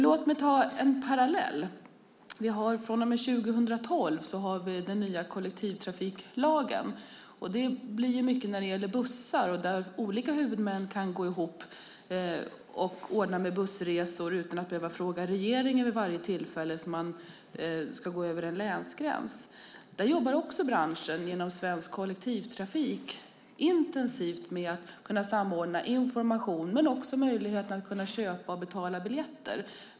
Låt mig ta en parallell: Från och med år 2012 har vi den nya kollektivtrafiklagen. Mycket är det så när det gäller bussar att olika huvudmän kan gå ihop och ordna med bussresor utan att vid varje tillfälle då en länsgräns ska passeras behöva fråga regeringen. Där jobbar branschen genom Svensk Kollektivtrafik också intensivt med att kunna samordna när det gäller information och möjligheten att köpa och betala biljetter.